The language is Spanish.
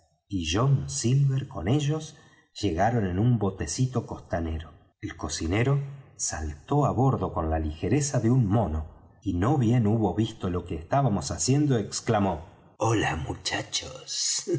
y john silver con ellos llegaron en un botecito costanero el cocinero saltó á bordo con la ligereza de un mono y no bien hubo visto lo que estábamos haciendo exclamó hola muchachos